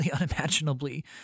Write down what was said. unimaginably